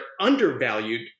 undervalued